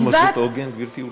מה זה מוסד עוגן, גברתי?